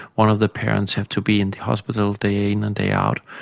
one of the parents have to be in the hospital day in and day out,